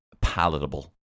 palatable